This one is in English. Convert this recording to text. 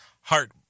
heart